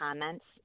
comments